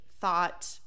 thought